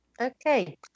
Okay